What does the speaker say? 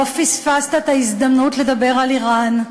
לא פספסת את ההזדמנות לדבר על איראן,